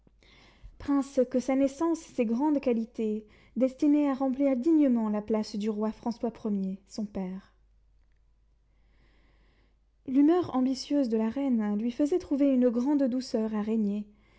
prince que sa naissance et ses grandes qualités destinaient à remplir dignement la place du roi françois premier son père l'humeur ambitieuse de la reine lui faisait trouver une grande douceur